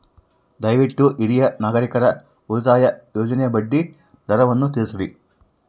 ದಯವಿಟ್ಟು ಹಿರಿಯ ನಾಗರಿಕರ ಉಳಿತಾಯ ಯೋಜನೆಯ ಬಡ್ಡಿ ದರವನ್ನು ತಿಳಿಸ್ರಿ